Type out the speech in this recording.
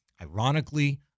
ironically